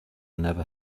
never